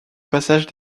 passage